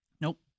Nope